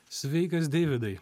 sveikas deividai